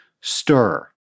stir